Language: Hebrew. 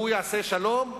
הוא יעשה שלום?